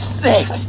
sick